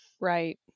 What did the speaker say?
Right